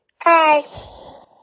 hi